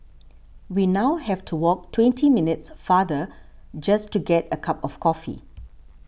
we now have to walk twenty minutes farther just to get a cup of coffee